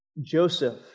Joseph